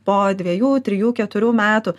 po dviejų trijų keturių metų